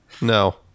No